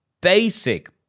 basic